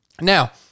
Now